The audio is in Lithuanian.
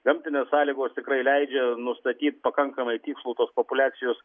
gamtinės sąlygos tikrai leidžia nustatyt pakankamai tikslų tos populiacijos